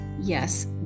yes